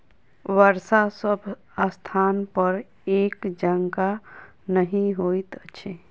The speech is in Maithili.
वर्षा सभ स्थानपर एक जकाँ नहि होइत अछि